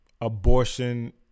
abortion